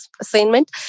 assignment